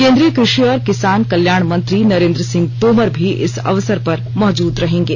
केन्द्रीय कृषि और किसान कल्याण मंत्री नरेन्द्र सिंह तोमर भी इस अवसर पर मौजूद रहेंगे